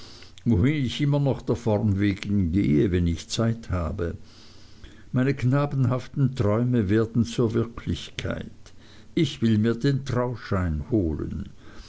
ich immer noch der form wegen gehe wenn ich zeit habe meine knabenhaften träume werden zur wirklichkeit ich will mir den trauschein holen